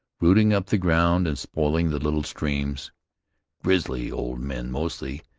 rooting up the ground and spoiling the little streams grizzly old men mostly,